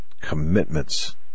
commitments